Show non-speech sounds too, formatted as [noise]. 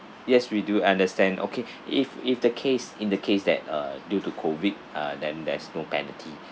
yes we do understand okay [breath] if if the case in the case that uh due to COVID ah then there's no penalty